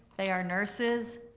they are nurses,